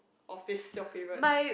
office is your favorite